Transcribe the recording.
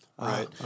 right